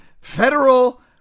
federal